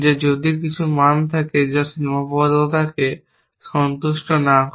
যে যদি কিছু মান থাকে যা সীমাবদ্ধতাকে সন্তুষ্ট না করে